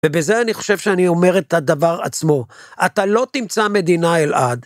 ובזה אני חושב שאני אומר את הדבר עצמו. אתה לא תמצא מדינה אלעד.